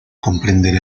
comprender